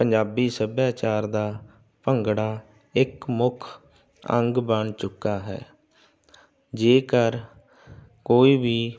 ਪੰਜਾਬੀ ਸੱਭਿਆਚਾਰ ਦਾ ਭੰਗੜਾ ਇੱਕ ਮੁੱਖ ਅੰਗ ਬਣ ਚੁੱਕਾ ਹੈ ਜੇਕਰ ਕੋਈ ਵੀ